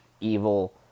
Evil